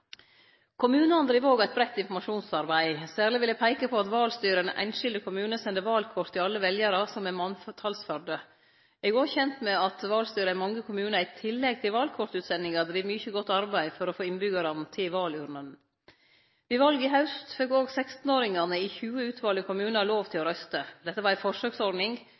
Kommunane driv òg eit breitt informasjonsarbeid. Særleg vil eg peike på at valstyra i den einskilde kommune sender valkort til alle veljarar som er manntalsførde. Eg er òg kjend med at valstyra i mange kommunar i tillegg til valkortutsendinga driv mykje godt arbeid for å få innbyggjarane til valurnene. Ved valet i haust fekk også 16-åringane i 20 utvalde kommunar lov til å røyste. Dette var ei forsøksordning,